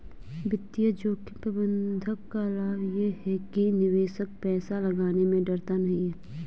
वित्तीय जोखिम प्रबंधन का लाभ ये है कि निवेशक पैसा लगाने में डरता नहीं है